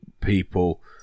people